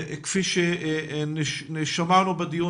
כפי ששמענו בדיון,